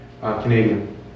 Canadian